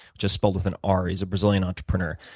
just spelled with an r, he's a brazilian entrepreneur.